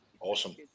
Awesome